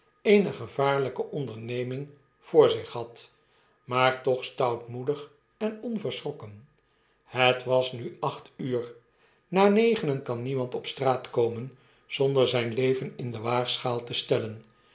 eener gevaarlqke onderneming voor zich had maar tochstoutmoedig en onverschrokken het was nu acht uur na negenen kan niemand op straat komen zonder zijn leven inde waagschaal te stellen